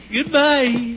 Goodbye